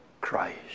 Christ